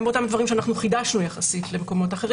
גם באותם דברים שחידשנו יחסית למקומות אחרים